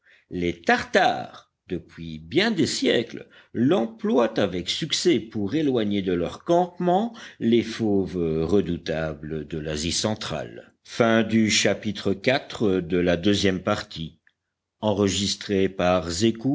les tartares depuis bien des siècles l'emploient avec succès pour éloigner de leurs campements les fauves redoutables de l'asie centrale